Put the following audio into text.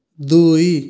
ଦୁଇ